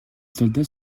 soldats